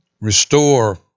Restore